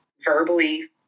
verbally